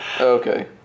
Okay